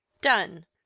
Done